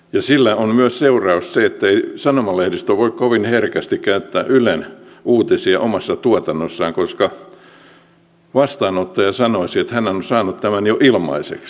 sillä on myös se seuraus ettei sanomalehdistö voi kovin herkästi käyttää ylen uutisia omassa tuotannossaan koska vastaanottaja sanoisi että hän on saanut tämän jo ilmaiseksi